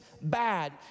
bad